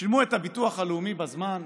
שילמו את הביטוח הלאומי בזמן,